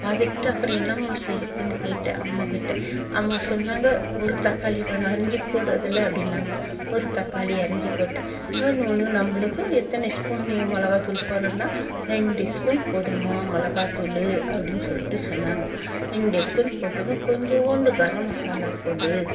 வதக்கிவிட்டு அப்புறம் என்னமா செய்கிறதுனு கேட்டேன் அம்மாகிட்டே அம்மா சொன்னாங்க ஒரு தக்காளி பழம் அரிஞ்சு போடு அதில் அப்படின்னாங்க ஒரு தக்காளி அரிஞ்சு போட்டேன் ஒன்று ஒன்று நம்மளுக்கு எத்தனை ஸ்பூன் நீ மிளகாத்தூள் போடுறேன்னா ரெண்டு ஸ்பூன் போடும்மா மிளகாத்தூளு அப்படினு சொல்லிட்டு சொன்னாங்க ரெண்டு ஸ்பூன் போட்டுக்க கொஞ்சோண்டு கரம் மசாலா போடு